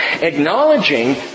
acknowledging